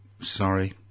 Sorry